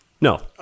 No